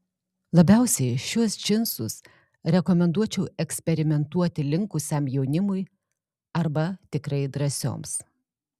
labiausiai šiuos džinsus rekomenduočiau eksperimentuoti linkusiam jaunimui arba tikrai drąsioms